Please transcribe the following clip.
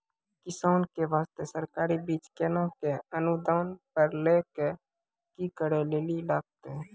किसान के बास्ते सरकारी बीज केना कऽ अनुदान पर लै के लिए की करै लेली लागतै?